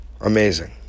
amazing